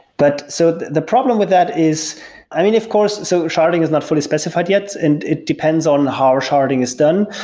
but so the problem with that is i mean, of course, so sharding is not fully specified yet and it depends on how sharding is done.